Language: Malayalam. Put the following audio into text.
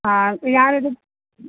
ആ ഞാൻ ഒരു